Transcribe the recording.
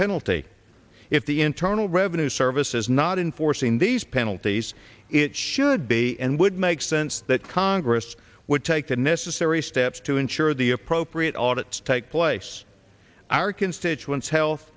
penalty if the internal revenue service is not enforcing these penalties it should be and would make sense that congress would take the necessary steps to ensure the appropriate audit take place our constituents health